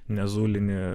ne zulini